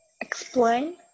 Explain